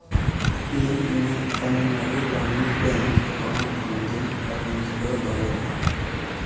ᱤᱧ ᱤᱧᱟᱹᱜ Tamil Nadu Gramin bank account ᱠᱷᱚᱱ ᱛᱤᱱᱟᱹᱜ ᱴᱟᱠᱟᱧ ᱛᱩᱞᱟᱹᱣ ᱫᱟᱲᱮᱭᱟᱜᱼᱟ